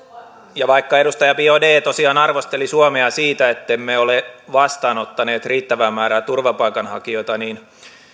ja vaikka edustaja biaudet tosiaan arvosteli suomea siitä ettemme ole vastaanottaneet riittävää määrää turvapaikanhakijoita niin